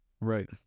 Right